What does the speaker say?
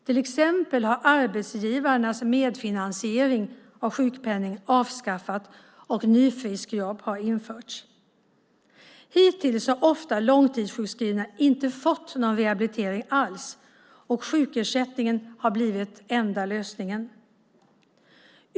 Till exempel har arbetsgivarnas medfinansiering av sjukpenningen avskaffats och nyfriskjobb har införts. Hittills har ofta långtidssjukskrivna inte fått någon rehabilitering alls och sjukersättning har blivit enda lösningen.